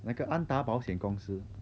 那个安达保险公司